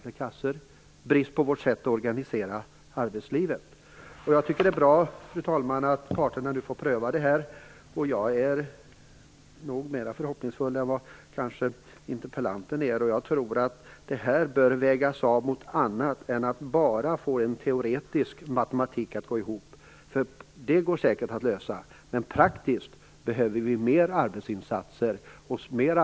Till Elver Jonsson vill jag säga att jag håller med honom när det gäller de stora frågor som han tog upp. Det är viktigt att man ser över dem ordentligt och konstaterar att den höga arbetslösheten inte löses med några enkla grepp, för det är stora frågor. Det är också viktigt att man inte stänger några dörrar för att diskutera lösningar, utan vågar prova alternativa sätt och nya reformer.